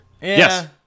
Yes